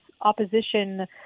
opposition